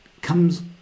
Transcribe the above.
comes